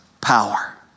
power